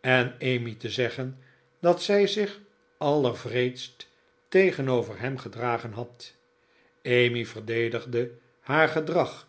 en emmy te zeggen dat zij zich allerwreedst tegenover hem gedragen had emmy verdedigde haar gedrag